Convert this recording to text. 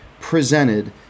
presented